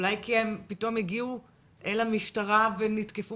אולי כי הן פתאום הגיעו אל המשטרה ונתקפו